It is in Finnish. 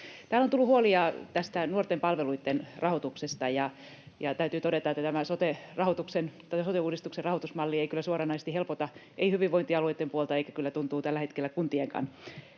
Täällä on tullut huolia tästä nuorten palveluitten rahoituksesta, ja täytyy todeta, että tämä sote-uudistuksen rahoitusmalli ei kyllä suoranaisesti helpota hyvinvointialueitten puolta eikä — kyllä tuntuu tällä hetkellä — kuntienkaan